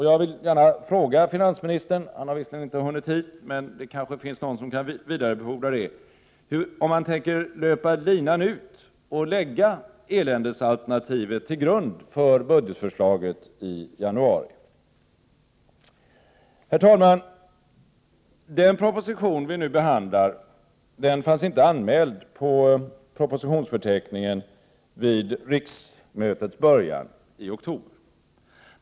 Jag vill gärna fråga finansministern — han har visst inte hunnit hit, men kanske någon kan vidarebefordra frågan — om han tänker löpa linan ut och lägga eländesalternativet till grund för budgetförslaget i januari. Herr talman! Den proposition vi nu behandlar fanns inte anmäld på propositionsförteckningen vid riksmötets början i oktober.